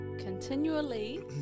continually